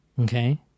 Okay